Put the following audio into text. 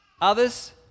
Others